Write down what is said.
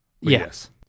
Yes